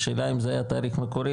השאלה אם זה התאריך המקורי,